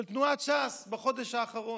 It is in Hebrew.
של תנועת ש"ס בחודש האחרון.